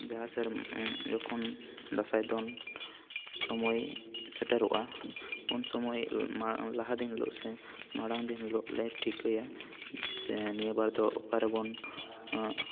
ᱡᱟᱦᱟᱸ ᱥᱮᱨᱮᱢᱟ ᱡᱚᱠᱷᱚᱱ ᱫᱟᱸᱥᱟᱭ ᱫᱚᱱ ᱥᱚᱢᱚᱭ ᱥᱮᱴᱮᱨᱚᱜᱼᱟ ᱩᱱ ᱥᱚᱢᱚᱭ ᱢᱟ ᱞᱟᱦᱟ ᱫᱤᱱ ᱦᱤᱞᱚᱜ ᱥᱮ ᱢᱟᱬᱟᱝ ᱫᱤᱱ ᱦᱤᱞᱚᱜ ᱞᱮ ᱴᱷᱤᱠᱟᱹᱭᱟ ᱡᱤᱥᱮ ᱱᱤᱭᱟᱹ ᱵᱟᱨ ᱫᱚ ᱚᱠᱟᱨᱮᱵᱚᱱ